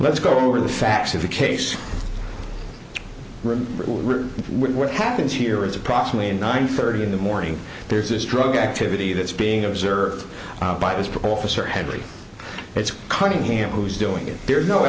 let's go over the facts of the case really what happens here is approximately nine thirty in the morning there's this drug activity that's being observed by his parole officer hendry it's cunningham who's doing it there's no